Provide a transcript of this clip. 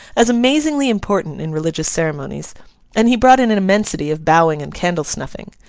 as amazingly important in religious ceremonies and he brought in an immensity of bowing and candle-snuffing.